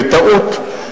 בטעות,